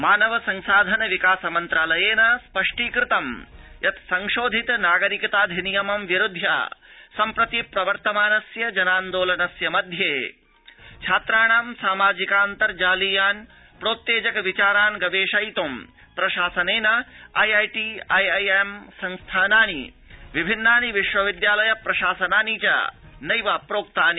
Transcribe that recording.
मानव संसाधन विकास मन्त्रालयेन स्पष्टीकृतं यत् संशोधित नागरिकताऽधिनियमं विरुध्य सम्प्रति प्रवर्तमानस्य जनान्दोलनस्य मध्ये छात्राणां सामाजिकाऽन्तर्जालीयान् प्रोत्तेजक विचारान् गवेषयित्ं प्रशासनेन आईआईटी आईआईएम् संस्थानानि विभिन्ना विश्व विश्वविद्यालयाश्च नैव प्रोक्तानि